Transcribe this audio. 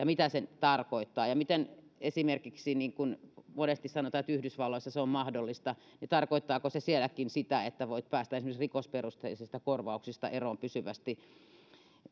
mitä se tarkoittaa miten esimerkiksi kun monesti sanotaan että yhdysvalloissa se on mahdollista niin tarkoittaako se sielläkin sitä että voit päästä esimerkiksi rikosperustaisista korvauksista eroon pysyvästi